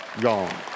gone